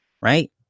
Right